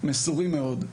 מסורים מאוד,